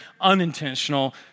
unintentional